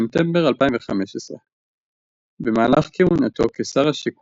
בספטמבר 2015. במהלך כהונתו כשר השיכון,